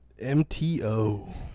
MTO